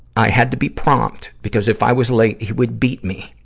i had to be prompt, because if i was late he would beat me.